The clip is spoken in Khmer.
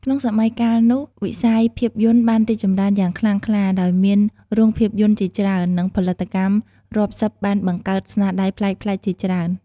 ក្នុងសម័យកាលនោះ វិស័យភាពយន្តបានរីកចម្រើនយ៉ាងខ្លាំងក្លា ដោយមានរោងភាពយន្តជាច្រើន និងផលិតកម្មរាប់សិបបានបង្កើតស្នាដៃប្លែកៗជាច្រើន។